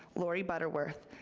laurie butterworth,